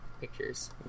pictures